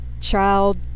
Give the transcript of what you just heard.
child